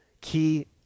key